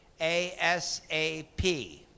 ASAP